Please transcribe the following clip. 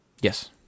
Yes